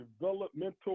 developmental